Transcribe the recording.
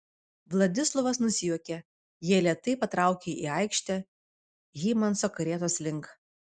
vladislovas nusijuokė jie lėtai patraukė į aikštę hymanso karietos link